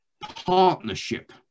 partnership